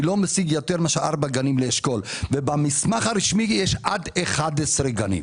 אני לא משיג יותר מאשר ארבעה גנים לאשכול ובמסמך הרשמי יש עד 11 גנים.